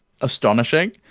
astonishing